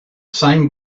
same